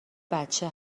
بچه